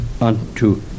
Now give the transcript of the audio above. unto